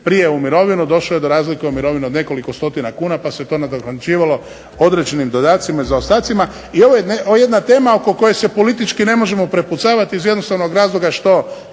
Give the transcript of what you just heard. prije u mirovinu došao je do razlike u mirovini od nekoliko stotina kuna pa se to nadoknađivalo određenim dodacima i zaostacima. I ovo je jedna tema oko koje se politički ne možemo prepucavati iz jednostavnog razloga što